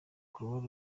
croix